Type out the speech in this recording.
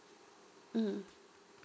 mm